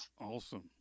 Awesome